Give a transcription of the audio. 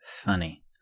Funny